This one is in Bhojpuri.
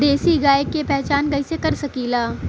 देशी गाय के पहचान कइसे कर सकीला?